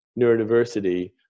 neurodiversity